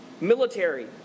military